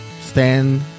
stand